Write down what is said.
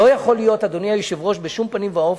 לא יכול להיות, אדוני היושב-ראש, בשום פנים ואופן,